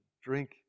Drink